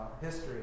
history